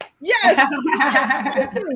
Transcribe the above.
Yes